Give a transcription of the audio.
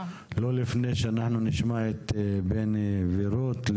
לא לפני שאנחנו נשמע את בני ורות,